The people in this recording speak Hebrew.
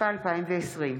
התשפ"א 2020,